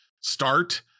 start